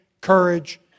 courage